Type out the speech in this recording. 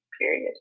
period